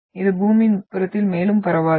இது பூமியின் உட்புறத்தில் மேலும் பரவாது